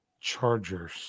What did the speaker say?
Chargers